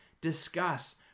discuss